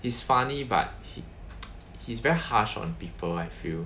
he's funny but he~ he's very harsh on people I feel